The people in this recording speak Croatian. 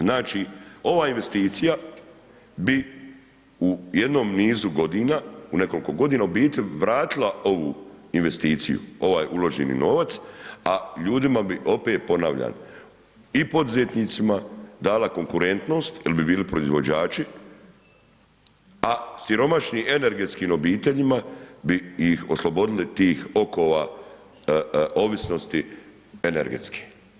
Znači ova investicija bi u jednom nizu godina, u nekoliko godina u biti vratila ovu investiciju, ovaj uloženi novac a ljudima bi opet ponavljam i poduzetnicima dala konkurentnost jer bi bili proizvođači a siromašni energetskim obiteljima bi ih oslobodili tih okova ovisnost energetske.